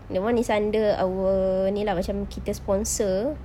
that is under our ini lah macam kita sponsor